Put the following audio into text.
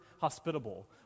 hospitable